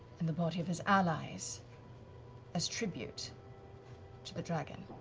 and the body of his allies as tribute to the dragon?